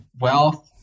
wealth